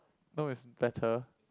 no is better